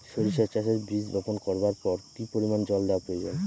সরিষা চাষে বীজ বপন করবার পর কি পরিমাণ জল দেওয়া প্রয়োজন?